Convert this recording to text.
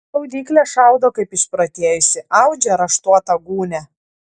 šaudyklė šaudo kaip išprotėjusi audžia raštuotą gūnią